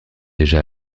déjà